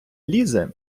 лізе